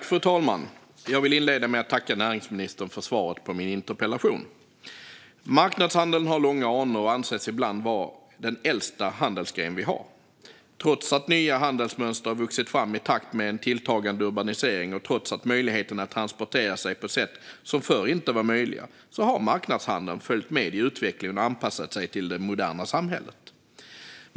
Fru talman! Jag vill inleda med att tacka näringsministern för svaret på min interpellation. Marknadshandeln har gamla anor och anses ibland vara den äldsta handelsgren vi har. Trots att nya handelsmönster har vuxit fram i takt med en tilltagande urbanisering och trots att det finns möjlighet att transportera sig på sätt som förr inte var möjliga har marknadshandeln följt med i utvecklingen och anpassat sig till det moderna samhället.